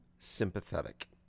sympathetic